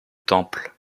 temple